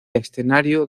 escenario